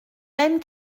même